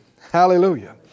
Hallelujah